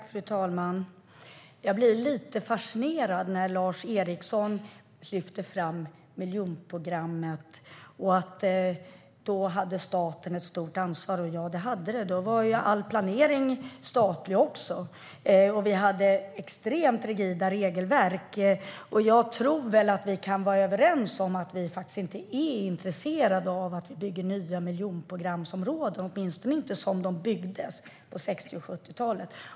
Fru talman! Jag blir lite fascinerad när Lars Eriksson lyfter fram miljonprogrammet och säger att då hade staten ett stort ansvar. Ja, det hade staten. Då var ju även all planering statlig, och vi hade extremt rigida regelverk. Jag tror väl att vi kan vara överens om att vi inte är intresserade av att bygga nya miljonprogramsområden, åtminstone inte som de byggdes på 60 och 70-talen.